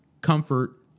comfort